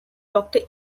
doctor